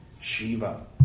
Shiva